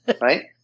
right